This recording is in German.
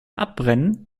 abbrennen